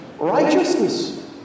Righteousness